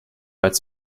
als